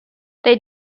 they